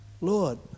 Lord